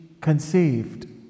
Conceived